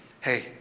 hey